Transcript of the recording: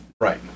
Right